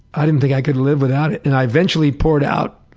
i didn't think i could live without it, and i eventually poured out.